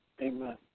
Amen